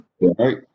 Right